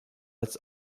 als